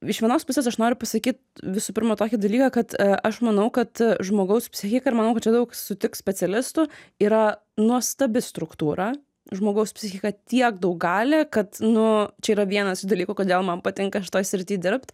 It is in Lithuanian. iš vienos pusės aš noriu pasakyt visų pirma tokį dalyką kad aš manau kad žmogaus psichika ir manau kad čia daug sutiks specialistų yra nuostabi struktūra žmogaus psichika tiek daug gali kad nu čia yra vienas iš dalykų kodėl man patinka šitoj srity dirbt